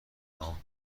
نام